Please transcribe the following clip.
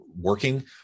working